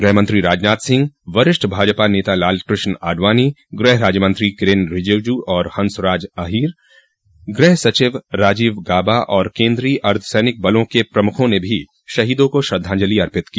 गृहमंत्री राजनाथ सिंह वरिष्ठ भाजपा नेता लालकृष्ण आडवाणी गृह राज्यमंत्री किरेन रिजिजू और हंसराज अहीर गृहसचिव राजीव गाबा और केंद्रीय अर्द्धसैनिक बलों के प्रमुखों ने भी शहीदों को श्रद्धांजलि अर्पित की